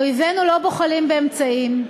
אויבינו לא בוחלים באמצעים.